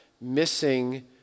missing